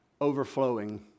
overflowing